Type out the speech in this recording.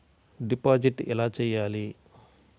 Deposit ఎలా చెయ్యాలి?